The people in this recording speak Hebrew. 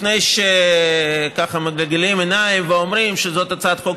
לפני שמגלגלים עיניים ואומרים שזאת הצעת חוק